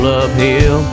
uphill